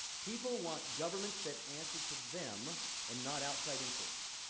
people want governments that answer to them and not outside interests.